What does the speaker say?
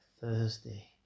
Thursday